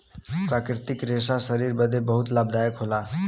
प्राकृतिक रेशा शरीर बदे बहुते लाभदायक होला